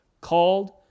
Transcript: called